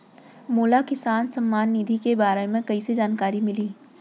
मोला किसान सम्मान निधि के बारे म कइसे जानकारी मिलही?